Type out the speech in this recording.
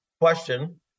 question